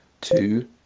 two